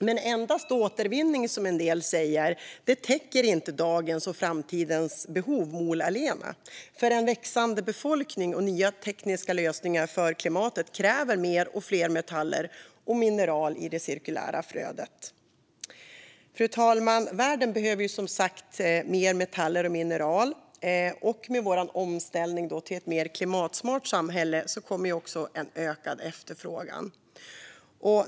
Men endast återvinning, som en del säger, täcker inte dagens och framtidens behov mol allena. En växande befolkning och nya tekniska lösningar för klimatet kräver mer och fler metaller och mineral i det cirkulära flödet. Fru talman! Världen behöver som sagt mer metaller och mineral. Med vår omställning till ett mer klimatsmart samhälle kommer också en ökad efterfrågan.